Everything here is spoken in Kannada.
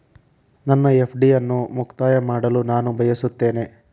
ನನ್ನ ಎಫ್.ಡಿ ಅನ್ನು ಮುಕ್ತಾಯ ಮಾಡಲು ನಾನು ಬಯಸುತ್ತೇನೆ